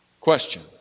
Question